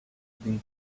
been